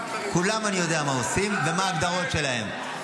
אני יודע מה כולם עושים ומה ההגדרות שלהם.